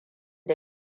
da